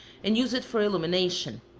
and use it for illumination.